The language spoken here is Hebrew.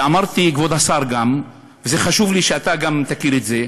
ואמרתי, כבוד השר, גם חשוב לי שאתה גם תכיר את זה,